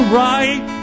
right